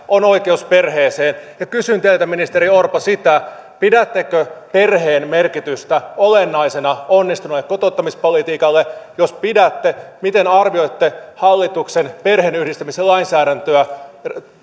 on oikeus perheeseen kysyn teiltä ministeri orpo pidättekö perheen merkitystä olennaisena onnistuneelle kotouttamispolitiikalle jos pidätte miten arvioitte hallituksen perheenyhdistämisen lainsäädäntöä